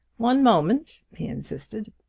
one moment! he insisted.